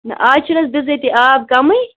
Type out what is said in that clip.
نہ آز چھِ نہٕ حَظ بِظٲتی آب کمٕے